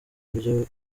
buryo